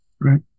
right